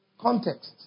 context